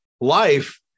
life